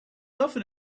often